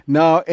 now